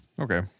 Okay